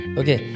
okay